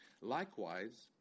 Likewise